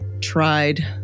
tried